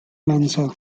lanza